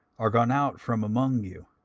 are gone out from among you,